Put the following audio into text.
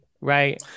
right